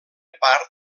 part